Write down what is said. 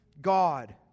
God